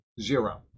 Zero